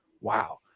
wow